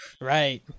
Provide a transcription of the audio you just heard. right